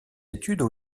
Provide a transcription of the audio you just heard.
études